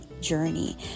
journey